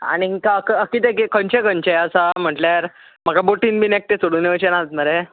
आनीक कितें कितें खंयचे खंयचे आसा म्हटल्यार म्हाका बोटीन बी एकटे सोडून योवचे नात मरे